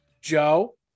Joe